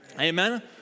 Amen